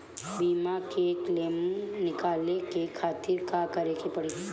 बीमा के क्लेम निकाले के खातिर का करे के पड़ी?